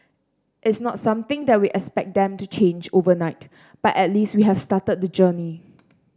it's not something that we expect them to change overnight but at least we have started the journey